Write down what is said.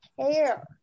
care